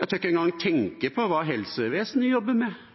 Jeg tør ikke engang tenke på hva helsevesenet jobber med.